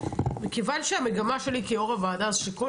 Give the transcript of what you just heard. מכיוון שהמגמה שלי כיו"ר הוועדה זה שכל